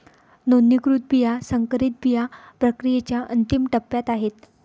नोंदणीकृत बिया संकरित बिया प्रक्रियेच्या अंतिम टप्प्यात आहेत